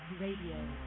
Radio